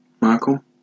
Michael